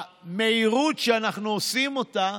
המהירות שאנחנו עושים אותה,